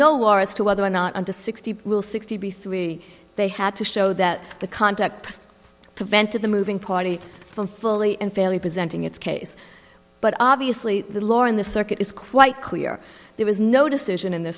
no law as to whether or not under sixty will sixty three they had to show that the contract prevented the moving party from fully and fairly presenting its case but obviously the law in the circuit is quite clear there was no decision in the